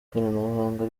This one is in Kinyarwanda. ikoranabuhanga